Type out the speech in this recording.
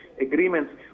agreements